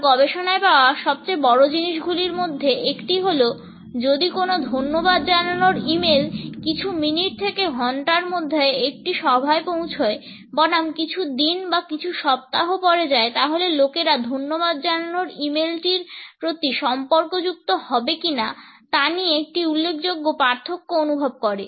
আমার গবেষণায় পাওয়া সবচেয়ে বড় জিনিসগুলির মধ্যে একটি হল যদি কোন ধন্যবাদ জানানোর ই মেইল কিছু মিনিট থেকে ঘন্টার মধ্যে একটি সভায় পৌঁছয় বনাম কিছুদিন বা কিছু সপ্তাহ পরে যায় তাহলে লোকেরা ধন্যবাদ জানানোর ই মেইলটির প্রতি সম্পর্কযুক্ত হবে কিনা তা নিয়ে একটি উল্লেখযোগ্য পার্থক্য অনুভব করে